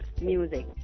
music